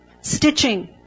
stitching